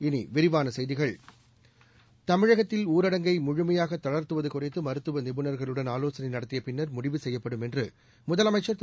இனி விரிவான செய்திகள் தமிழகத்தில் ஊரடங்கை முழுமையாக தளர்த்துவது குறித்து மருத்துவ நிபுணர்களுடன் ஆலோசனை நடத்திய பின்னர் முடிவு செய்யப்படும் என்று முதலமைச்சர் திரு